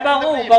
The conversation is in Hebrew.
זה ברור.